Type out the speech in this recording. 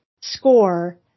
score